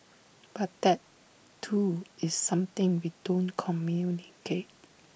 but that too is something we don't communicate